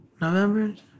November